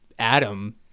adam